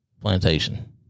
Plantation